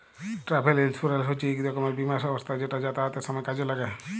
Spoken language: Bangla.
ট্রাভেল ইলসুরেলস হছে ইক রকমের বীমা ব্যবস্থা যেট যাতায়াতের সময় কাজে ল্যাগে